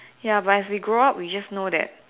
ya but if we grow up we just know that